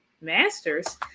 master's